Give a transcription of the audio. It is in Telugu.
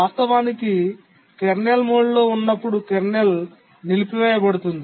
వాస్తవానికి కెర్నల్ మోడ్లో ఉన్నప్పుడు కెర్నల్ నిలిపివేయబడుతుంది